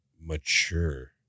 mature